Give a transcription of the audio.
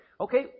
Okay